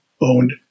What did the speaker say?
owned